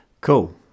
Cool